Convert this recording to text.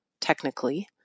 technically